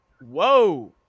Whoa